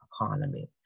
economy